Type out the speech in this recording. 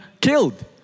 killed